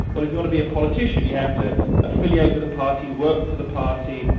well if you want to be a politician, you have to affiliate with a party, work for the party,